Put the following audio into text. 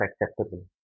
acceptable